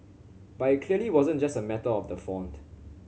but it clearly wasn't just a matter of the font